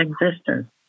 existence